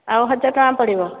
ଆଉ ହଜାର ଟଙ୍କା ପଡ଼ିବ